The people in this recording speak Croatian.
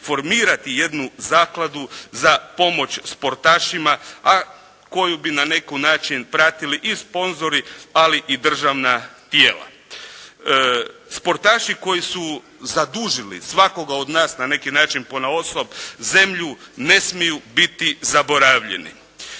formirati jednu zakladu za pomoć sportašima a koju bi na neki način pratili i sponzori, ali i državna tijela. Sportaši koji su zadužili svakoga od nas na neki način ponaosob, zemlju, ne smiju biti zaboravljeni.